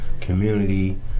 community